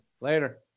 Later